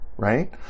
Right